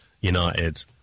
United